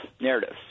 narratives